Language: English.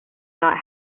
not